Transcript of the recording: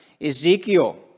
Ezekiel